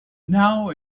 now